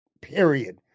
period